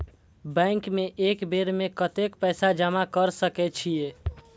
Bank में एक बेर में कतेक पैसा जमा कर सके छीये?